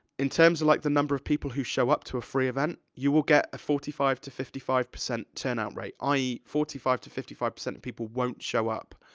in terms of, like, the number of people who show up to a free event, you will get a forty five to fifty five percent turnout rate, i e, forty five to fifty five percent of people won't show up.